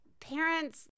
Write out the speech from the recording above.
parents